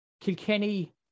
Kilkenny